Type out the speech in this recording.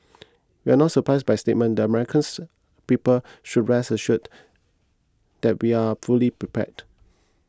we are not surprised by statement and the Americans people should rest assured that we are fully prepared